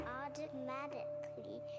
automatically